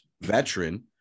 veteran